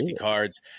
cards